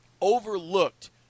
overlooked